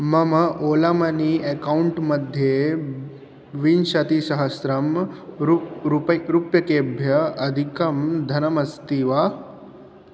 मम Ola money account मध्ये विंशतिसहस्रं रुप् रूपै रूप्यकेभ्यः अधिकं धनमस्ति वा